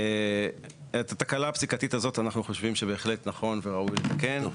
את התקלה הפסיקתית הזאת אנחנו חושבים שבהחלט נכון וראוי לתקן.